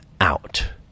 out